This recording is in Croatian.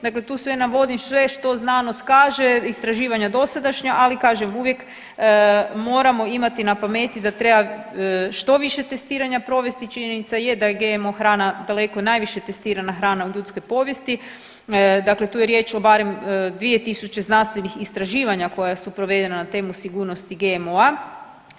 Dakle tu sve navodim sve što znanost kaže, istraživanja dosadašnja, ali kažem, uvijek moramo imati na pameti da treba što više testiranja provesti, činjenica je da je GMO hrana daleko najviše testirana hrana u ljudskoj povijesti, dakle tu je riječ o barem 2 000 znanstvenih istraživanja koja su provedena na temu sigurnosti GMO-a.